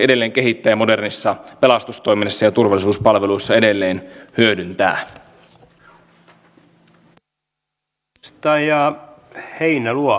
jos saan pyytää että painatte sitä v painiketta niin otetaan kaikkien puheenvuorot